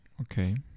okay